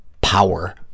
power